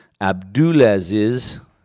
Abdulaziz